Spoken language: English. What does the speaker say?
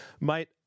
Mate